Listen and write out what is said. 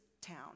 town